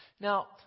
Now